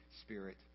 spirit